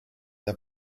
der